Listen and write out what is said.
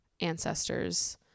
ancestors